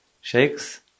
shakes